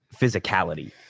physicality